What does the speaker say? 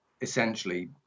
essentially